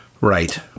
right